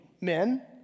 Men